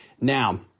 now